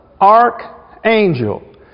archangel